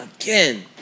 again